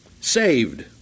saved